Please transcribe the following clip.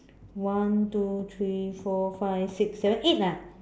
one two three four five six seven eight ah